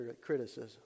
criticism